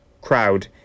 crowd